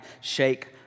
shake